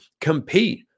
compete